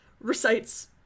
recites